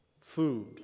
Food